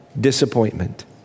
disappointment